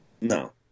No